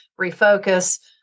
refocus